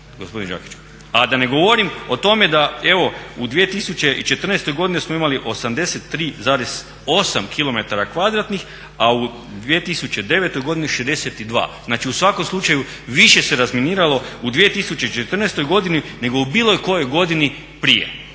A da ne govorim o tome da evo u 2014. godini smo imali 83,8 km kvadratnih, a u 2009. godini 62. Znači, u svakom slučaju više se razminiralo u 2014. godini nego u bilo kojoj godini prije.